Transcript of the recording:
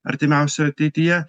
artimiausioj ateityje